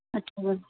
ਅੱਛਾ ਮੈਮ